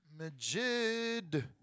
Majid